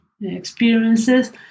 experiences